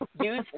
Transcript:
Use